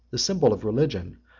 the symbol of religion,